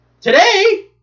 Today